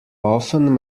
often